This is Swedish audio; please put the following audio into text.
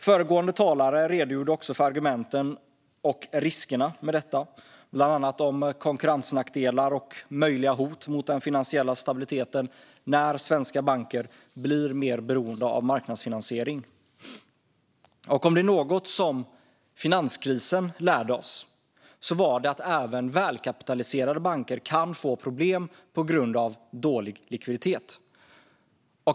Föregående talare redogjorde för argumenten och för riskerna med detta, bland annat vad gäller konkurrensnackdelar och möjliga hot mot den finansiella stabiliteten när svenska banker blir mer beroende av marknadsfinansiering. Om finanskrisen lärde oss något var det att även välkapitaliserade banker kan få problem på grund av dålig likviditet.